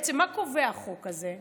בעצם מה קובע החוק הזה?